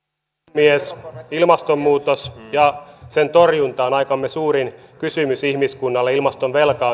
puhemies ilmastonmuutos ja sen torjunta on aikamme suurin kysymys ihmiskunnalle ilmastovelka